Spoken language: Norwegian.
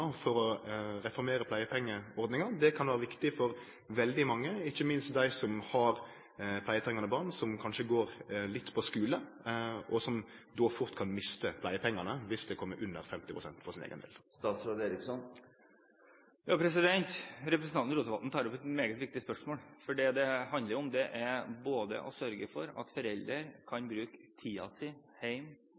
for å reformere pleiepengeordninga. Det kan vere viktig for veldig mange, ikkje minst dei som har pleietrengande barn som kanskje går litt på skule, og som då fort kan miste pleiepengane viss dei kjem under 50 pst. for sin eigen del. Representanten Rotevatn tar opp et meget viktig spørsmål. Det det handler om, er å sørge for at foreldre kan bruke